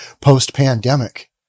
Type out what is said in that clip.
post-pandemic